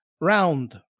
Round